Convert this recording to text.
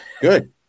Good